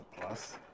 plus